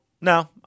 no